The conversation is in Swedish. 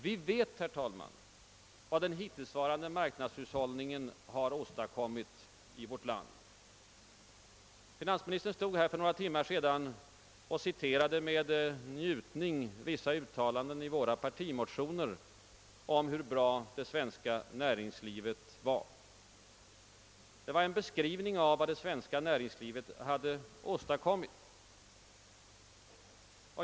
Vi vet, herr talman, vad den hittillsvarande marknadshushållningen har åstadkommit i vårt land. Finansministern stod för några timmar sedan här och citerade med njutning vissa uttalanden i våra partimotioner om hur bra det svenska näringslivet var. Det var en beskrivning av vad det svenska näringslivet hade åstadkommit.